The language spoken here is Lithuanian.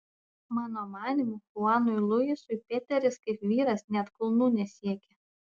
mano manymu chuanui luisui peteris kaip vyras net kulnų nesiekia